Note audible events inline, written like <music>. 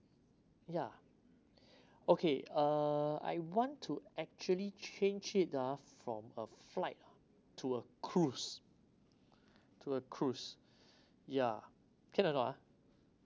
yeah <breath> okay uh I want to actually change it ah from a flight to a cruise <breath> to a cruise <breath> ya can or not ah